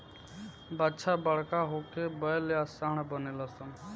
बाछा बड़का होके बैल या सांड बनेलसन